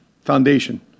foundation